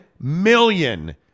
million